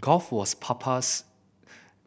golf was Papa's